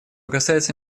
касается